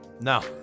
No